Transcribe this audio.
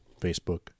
Facebook